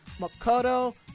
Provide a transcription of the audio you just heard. Makoto